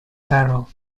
barrel